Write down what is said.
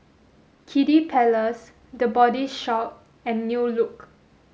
Kiddy Palace the Body Shop and New Look